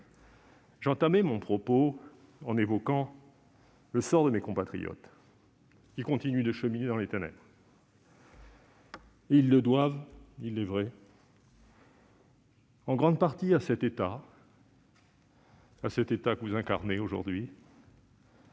j'entamais mon propos en évoquant le sort de mes compatriotes qui continuent de cheminer dans les ténèbres. Il est vrai que cela est dû, en grande partie, à cet État que vous incarnez aujourd'hui,